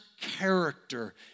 character